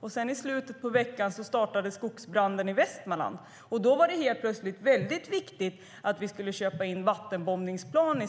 Men i slutet av veckan startade skogsbranden i Västmanland, och då var det helt plötsligt väldigt viktigt att vi skulle köpa in vattenbombningsplan